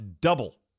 double